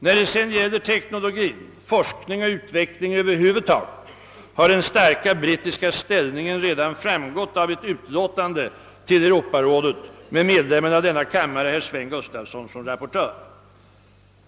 När det gäller teknologi, forskning och utveckling över huvud taget, har den starka brittiska ställningen redan framgått av ett utlåtande till Europarådet med medlemmen av denna kammare, herr Sven Gustafson i Göteborg, som rapportör.